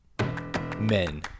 Men